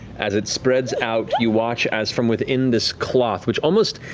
as it spreads out, you watch as from within this cloth which almost,